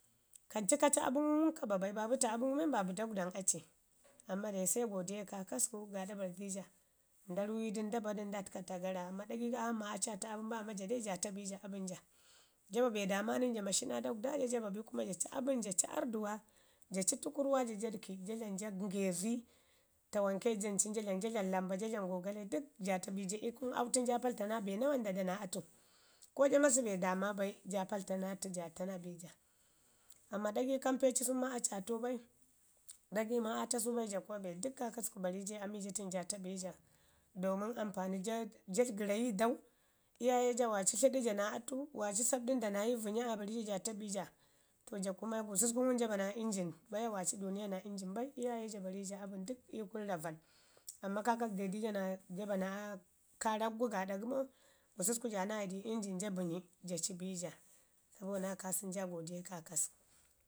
Kan ci ka ci abən ngum ka ba bai, babu ta abən gu men babu dagwela aci amman daise godiya ii kaakasku gaada bari, di ja. Nda ruyi dən, nda ba dən, nda təka ta gara amman ɗagai daman ma aci aa ta abən bai amma ja ta bi ja abən ja. Jaba bedama nənja mashi naa dagwda ja, ja ba bin kuma ja ci abən ja ci arrduwa ja ci tukurruwa jo ja dəki, ja dlamu ja ngezi, tawanke jan cin ja dlami ja dlamu lambe, ja dlami gogale dək ja ta bi ja, ii kunu au tən jaa palta naa be nawan dado naa atu, ko ja masu be dama baija palta naa atu ja ta naab bi ja, amman ɗagai ka mpe ci sun ma ci aa tau bai ɗagai ma aa ta su bai, ja kuma be dək kaakasku bari ja i ami ja tən ja ta bi ja domin ampani "ja ja" gərayi dau, iyaye ja waaci tlatla ja naa atu, maaci sabɗun da nayi vənya aabari ja ja to bi ja. Toja kuma gususku ngum jo bana injin baya waaci duuniya naa injin bai iyaye ja baai abən dək ii kunu ravan amman kaakasku dedija naa ja ba na kaarak gu gaaɗa gəmo gususku ja naaya di injin ja bənyi ja ci bija sabo naa kasən ja godiya ii kaakasku